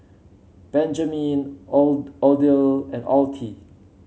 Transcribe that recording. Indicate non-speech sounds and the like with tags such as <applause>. Benjman <unintelligible> Odile and Ottie